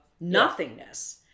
nothingness